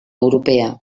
europea